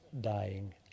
dying